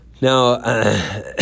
Now